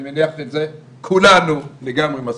אני מניח שאת זה כולנו לגמרי מסכימים.